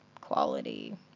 quality